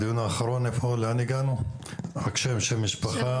לאן הגענו בדיון האחרון?